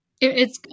It's-